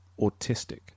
autistic